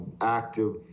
active